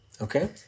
Okay